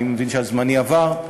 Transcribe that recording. אני מבין שזמני עבר.